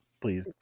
please